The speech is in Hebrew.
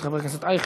את חבר הכנסת אייכלר,